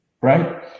Right